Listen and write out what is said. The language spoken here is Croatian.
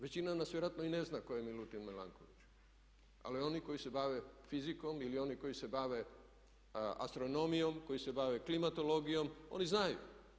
Većina nas vjerojatno i ne zna tko je Milutin Milanković, ali oni koji se bave fizikom ili oni koji se bave astronomijom, koji se bave klimatologijom oni znaju.